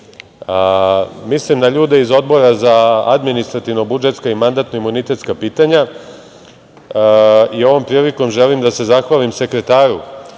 mislim na ljude iz Odbora za administrativno-budžetska i mandatno-imunitetska pitanja. Ovom prilikom želim da se zahvalim sekretaru